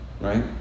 right